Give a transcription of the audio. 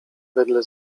wedle